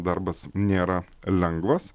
darbas nėra lengvas